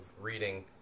reading